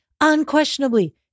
unquestionably